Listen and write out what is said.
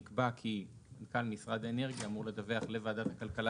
נקבע כי מנכ"ל משרד האנרגיה אמור לדווח לוועדת הכלכלה